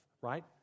right